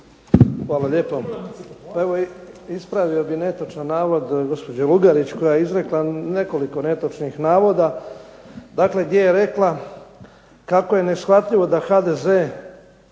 Hvala lijepa. Pa evo, ispravio bih netočan navod gospođe Lugarić koja je izrekla nekoliko netočnih navoda, dakle gdje je rekla kako je neshvatljivo da HDZ